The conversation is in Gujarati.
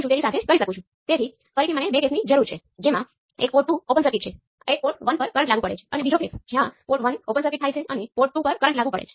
શું સાચું છે કે y1 એ I1 V1 સાથે V2 0 છે જે પોર્ટ 2 શોર્ટ સર્કિટ છે h11 એ V1 I1 સાથે V2 0 છે પણ પોર્ટ 2 શોર્ટ સર્કિટ સાથે તે એક અલગ રેશિયો છે